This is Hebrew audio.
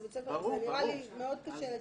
זה נראה לי מאוד קשה לתפעול.